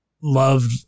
love